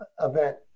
event